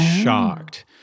shocked